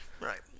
Right